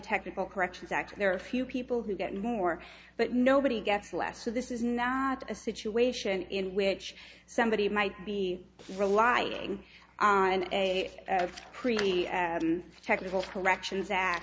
technical corrections act there are a few people who get more but nobody gets less so this is not a situation in which somebody might be relying on a previous technical corrections that